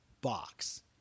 box